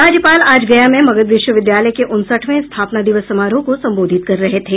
राज्यपाल आज गया में मगध विश्वविद्यालय के उनसठवें स्थापना दिवस समारोह को संबोधित कर रहे थे